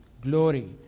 glory